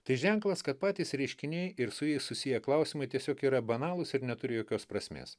tai ženklas kad patys reiškiniai ir su jais susiję klausimai tiesiog yra banalūs ir neturi jokios prasmės